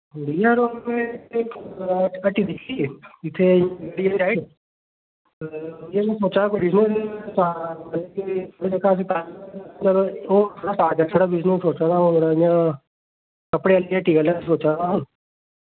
भैया यरो अपने आह्ली हट्टी कन्नै सोचा दा हा